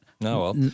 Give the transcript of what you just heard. no